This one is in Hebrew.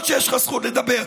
אתה האחרון שיש לו זכות לדבר,